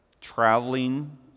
Traveling